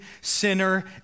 sinner